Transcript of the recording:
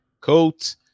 coat